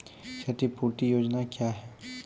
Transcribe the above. क्षतिपूरती योजना क्या हैं?